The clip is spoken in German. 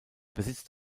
besitzt